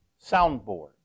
soundboard